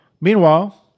Meanwhile